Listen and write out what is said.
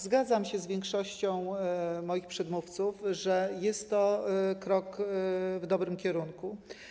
Zgadzam się z większością moich przedmówców, że jest to krok w dobrym kierunku.